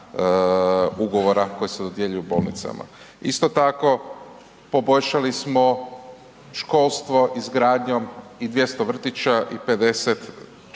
ugovora koja se dodjeljuju bolnicama. Isto tako poboljšali smo školstvo izgradnjom i 200 vrtića i 54 škole,